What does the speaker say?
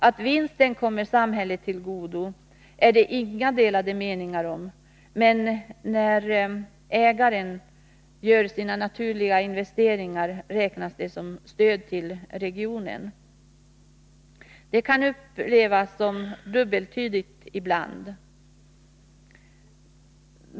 Att vinsten kommer samhället till godo råder det inga delade meningar om, men när ägaren gör sina naturliga investeringar räknas det som stöd till regionen. Det kan upplevas som dubbeltydigt ibland.